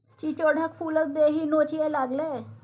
चिचोढ़क फुलसँ देहि नोचय लागलै